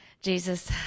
jesus